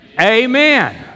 Amen